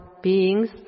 beings